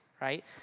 right